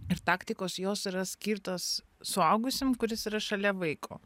ir taktikos jos yra skirtos suaugusiam kuris yra šalia vaiko